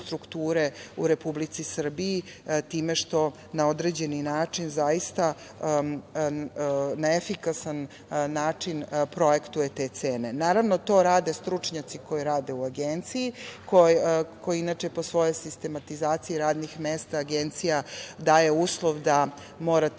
u Republici Srbiji, time što na određeni način zaista na efikasan način projektuje te cene. Naravno, to rade stručnjaci koji rade u Agenciji, koja inače po svojoj sistematizaciji radnih mesta daje uslov da morate